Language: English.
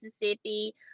Mississippi